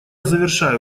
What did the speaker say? завершаю